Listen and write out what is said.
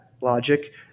logic